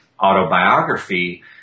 autobiography